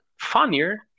funnier